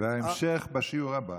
וההמשך בשיעור הבא.